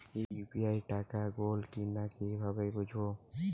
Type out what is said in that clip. UPI টাকা গোল কিনা কিভাবে বুঝব?